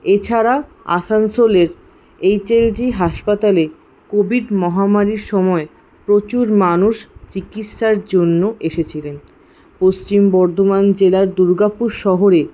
এছাড়া আসানসোলের এইচএলজি হাসপাতালে কোভিড মহামারির সময় প্রচুর মানুষ চিকিৎসার জন্য এসেছিলেন পশ্চিম বর্ধমান জেলার দুর্গাপুর শহরে